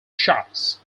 shots